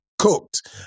cooked